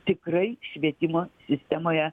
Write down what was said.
tikrai švietimo sistemoje